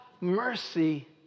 mercy